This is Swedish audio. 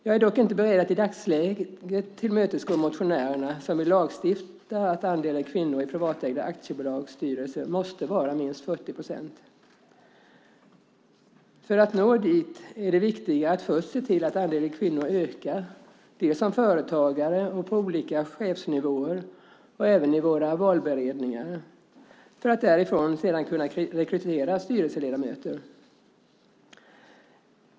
Jag är dock inte i dagsläget beredd att tillmötesgå motionärerna som vill lagstifta om att andelen kvinnor i privatägda aktiebolags styrelser måste vara minst 40 procent. För att nå dit är det viktigare att först se till att andelen kvinnor ökar som företagare och på olika chefsnivåer och även i våra valberedningar för att man därifrån sedan ska kunna rekrytera styrelseledamöter.